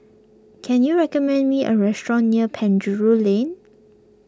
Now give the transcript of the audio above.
can you recommend me a restaurant near Penjuru Lane